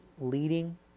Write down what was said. leading